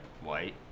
white